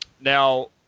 Now